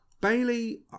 Bailey